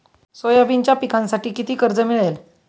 सोयाबीनच्या पिकांसाठी किती कर्ज मिळेल?